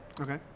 Okay